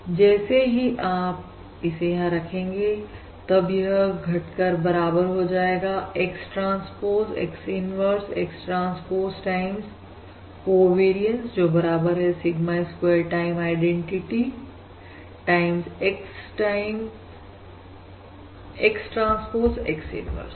जैसे ही आप इसे यहां रखेंगे तब यह घटकर बराबर हो जाएगा X transpose X inverse X transpose time covariance जो बराबर है sigma square time identity time X time X transpose X inverse के